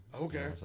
Okay